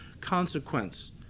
consequence